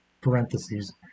parentheses